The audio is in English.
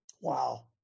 Wow